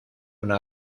una